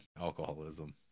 alcoholism